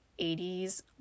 80s